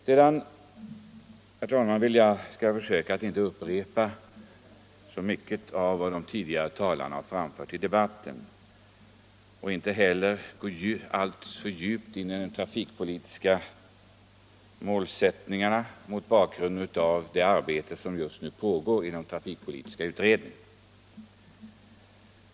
Sedan, herr talman, skall jag försöka att inte upprepa så mycket av vad de tidigare talarna har anfört i debatten och inte heller gå för djupt in i de trafikpolitiska målsättningarna mot bakgrund av det arbete som just nu pågår i den trafikpolitiska utredningen.